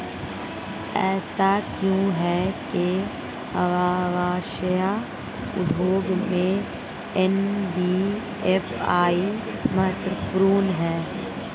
ऐसा क्यों है कि व्यवसाय उद्योग में एन.बी.एफ.आई महत्वपूर्ण है?